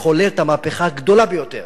לחולל את המהפכה הגדולה ביותר